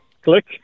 Click